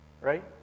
Right